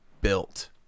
built